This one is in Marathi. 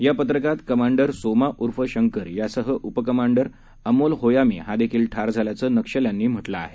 या पत्रकात कमांडर सोमा उर्फ शंकर यासह उपकमांडर अमोल होयामी हा देखील ठार झाल्याचं नक्षल्यांनी म्हटलं आहे